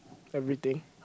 everything